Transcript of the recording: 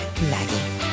Maggie